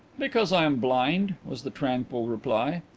because i am blind, was the tranquil reply.